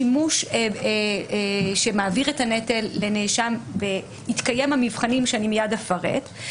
שימוש שמעביר את הנטל לנאשם בהתקיים המבחנים שאני מיד אפרט,